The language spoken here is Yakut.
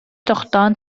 тохтоон